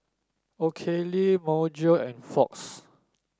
Oakley Myojo and Fox